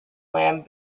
land